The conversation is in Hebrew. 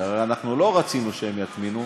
והרי לא רצינו שהן יטמינו,